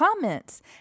comments